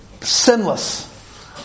sinless